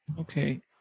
Okay